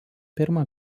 pirmą